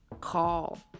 call